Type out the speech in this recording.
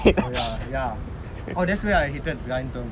oh ya ya oh that's when I hated ryan teng